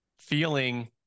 feeling